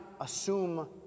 assume